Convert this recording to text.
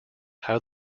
how